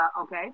Okay